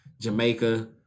Jamaica